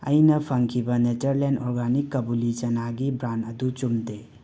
ꯑꯩꯅ ꯐꯪꯈꯤꯕ nature land organic ꯀꯕꯨꯂꯤ ꯆꯅꯥꯒꯤ ꯕ꯭ꯔꯥꯟ ꯑꯗꯨ ꯆꯨꯝꯗꯦ